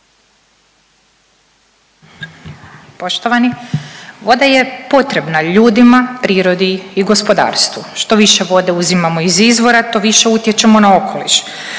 Poštovani. Voda je potrebna ljudima, prirodi i gospodarstvu, što više vode uzimamo iz izvora to više utječemo na okoliš.